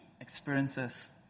experiences